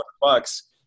bucks